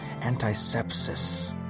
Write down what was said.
antisepsis